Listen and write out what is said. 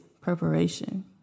Preparation